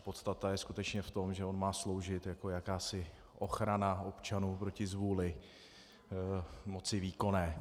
Podstata je skutečně v tom, že on má sloužit jako jakási ochrana občanů proti zvůli moci výkonné.